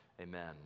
Amen